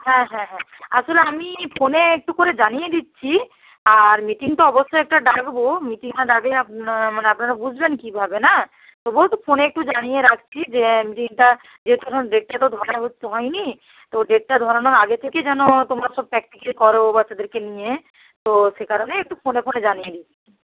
হ্যাঁ হ্যাঁ হ্যাঁ আসলে আমি ফোনে একটু করে জানিয়ে দিচ্ছি আর মিটিং তো অবশ্যই একটা ডাকবো মিটিং না ডাকলে আপনারা মানে আপনারা বুঝবেন কীভাবে না তবুও একটু ফোনে একটু জানিয়ে রাখছি যে মিটিংটা যেহেতু ধরুন ডেটটা তো ধরা হয় নি তো ডেটটা ধরানোর আগে থেকে যেন তোমরা সব প্র্যাক্টিকাল করো বাচ্চাদেরকে নিয়ে তো সে কারণে একটু ফোনে ফোনে জানিয়ে দিচ্ছি